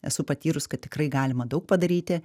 esu patyrus kad tikrai galima daug padaryti